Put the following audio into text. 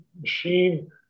machine